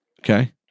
Okay